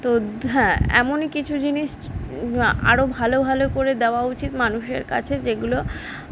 তো হ্যাঁ এমনই কিছু জিনিস বা আরো ভালো ভালো করে দেওয়া উচিত মানুষের কাছে যেগুলো